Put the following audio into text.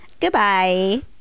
Goodbye